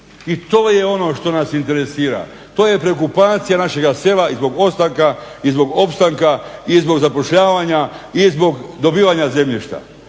I to je ono što nas interesira, to je preokupacija našega sela i zbog ostanka, i zbog opstanka, i zbog zapošljavanja, i zbog dobivanja zemljišta.